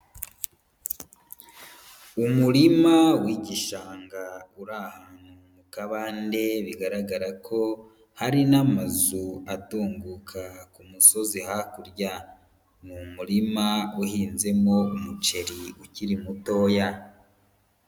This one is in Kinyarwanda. Umurima w'igishanga uri ahantu mu kabande bigaragara ko hari n'amazu atunguka ku musozi hakurya, ni umurima uhinzemo umuceri ukiri mutoya.